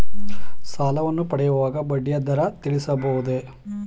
ಸಾಲವನ್ನು ಪಡೆಯುವಾಗ ಬಡ್ಡಿಯ ದರ ತಿಳಿಸಬಹುದೇ?